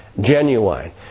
Genuine